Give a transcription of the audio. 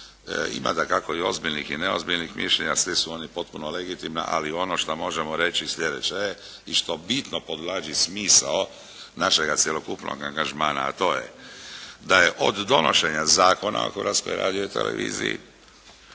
Ima dakako i ozbiljnih i neozbiljnih mišljenja. Svi su oni potpuno legitimna, ali ono što možemo reći sljedeće je i što bitno podvlači smisao našega cjelokupnog angažmana a to je da je od donošenja Zakona o Hrvatskoj radio-televiziji